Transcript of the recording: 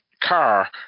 car